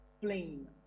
flame